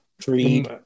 dream